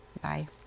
bye